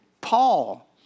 Paul